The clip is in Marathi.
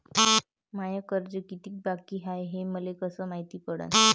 माय कर्ज कितीक बाकी हाय, हे मले कस मायती पडन?